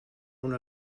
una